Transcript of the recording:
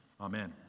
Amen